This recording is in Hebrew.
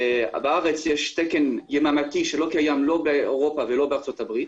בארץ יש תקן יממתי שלא קיים לא באירופה ולא בארצות הברית.